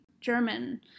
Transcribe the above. german